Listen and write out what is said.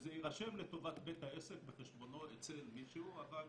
שזה יירשם לטובת בית העסק בחשבונו אצל מישהו, אבל